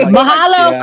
Mahalo